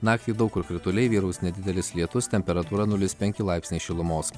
naktį daug kur krituliai vyraus nedidelis lietus temperatūra nulis penki laipsniai šilumos